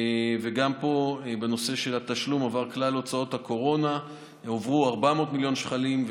גם פה בנושא התשלום עבור כלל הוצאות הקורונה הועברו 400 מיליון שקלים,